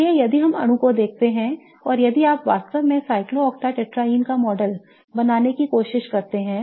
इसलिए यदि हम अणु को देखते हैं और यदि आप वास्तव में cyclooctatetraene का मॉडल बनाने की कोशिश करते हैं